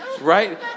right